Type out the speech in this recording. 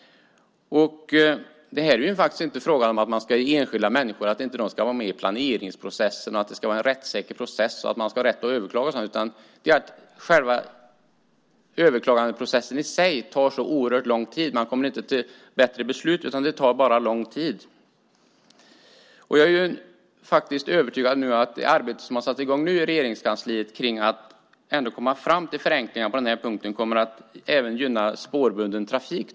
Det är inte fråga om att enskilda människor inte ska få vara med i planeringsprocessen, att det inte ska vara en rättssäker process eller att de inte ska få rätt att överklaga, utan det är fråga om att själva överklagandeprocessen tar så oerhört lång tid. Besluten blir inte bättre, utan det tar bara lång tid. Jag är faktiskt övertygad om att det arbete som har satts i gång i Regeringskansliet om att ändå komma fram till förenklingar på den punkten kommer att gynna även spårbunden trafik.